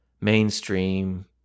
mainstream